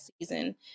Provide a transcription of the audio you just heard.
season